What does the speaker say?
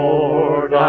Lord